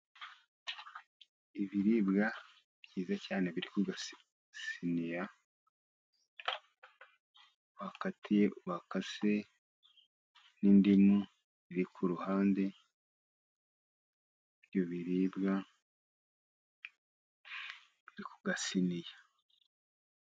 Ibiribwa byiza cyane biri ku gasiniya, bakase n'indimu, biri ku ruhande rw'ibyo biribwa biri ku gasiniya.